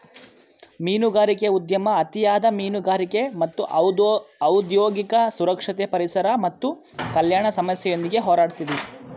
ಮೀನುಗಾರಿಕೆ ಉದ್ಯಮ ಅತಿಯಾದ ಮೀನುಗಾರಿಕೆ ಮತ್ತು ಔದ್ಯೋಗಿಕ ಸುರಕ್ಷತೆ ಪರಿಸರ ಮತ್ತು ಕಲ್ಯಾಣ ಸಮಸ್ಯೆಯೊಂದಿಗೆ ಹೋರಾಡ್ತಿದೆ